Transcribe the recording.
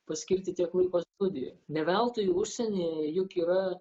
paskirti tiek laiko studijai ne veltui užsienyje juk yra